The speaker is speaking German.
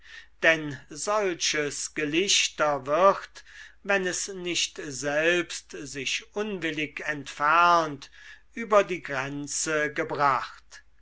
denn solches gelichter wird wenn es nicht selbst sich unwillig entfernt über die grenze gebracht